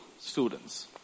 students